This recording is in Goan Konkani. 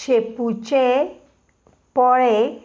शेपूचे पोळे